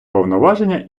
повноваження